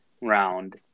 round